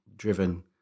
driven